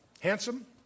handsome